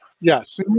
yes